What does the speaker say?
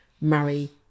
marry